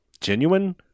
genuine